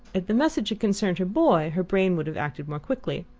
if the message had concerned her boy her brain would have acted more quickly.